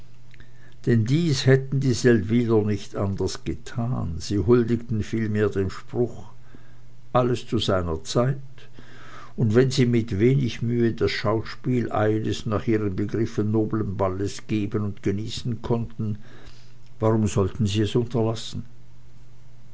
denn dies hätten die seldwyler nicht anders getan sie huldigten vielmehr dem spruch alles zu seiner zeit und wenn sie mit wenig mühe das schauspiel eines nach ihren begriffen noblen balles geben und genießen konnten warum sollten sie es unterlassen